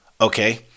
okay